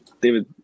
David